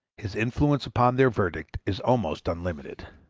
his influence upon their verdict is almost unlimited.